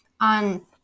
on